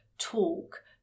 Talk